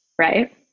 Right